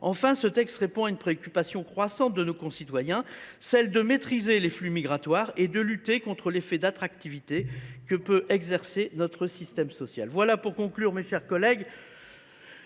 Enfin, ce texte vise à répondre à une préoccupation croissante de nos concitoyens : celle de maîtriser les flux migratoires et de lutter contre l’effet d’attractivité que peut exercer notre système social. Pour conclure, mes chers collègues,